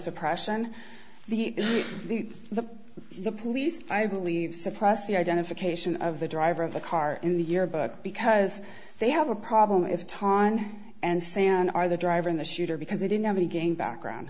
suppression the the the the police i believe suppress the identification of the driver of the car in the yearbook because they have a problem if tahn and san are the driver in the shooter because they didn't have again background